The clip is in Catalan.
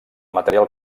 material